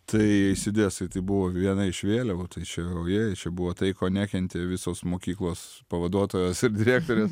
tai eisidesai tai buvo viena iš vėliavų tai čia ojei čia buvo tai ko nekentė visos mokyklos pavaduotojos ir direktorės